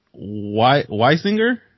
weisinger